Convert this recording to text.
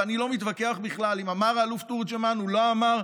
ואני לא מתווכח בכלל אם אמר האלוף תורג'מן או לא אמר,